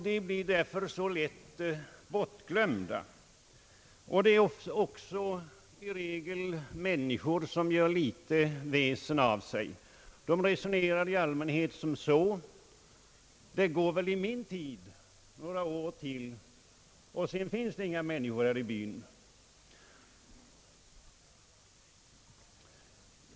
De blir därför lätt bortglömda, och de är i regel människor som gör litet väsen av sig. De resonerar i allmänhet så här: Det går väl i min tid — några år till — och sedan finns det inga människor här i byn.